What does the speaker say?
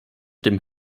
dem